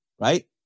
right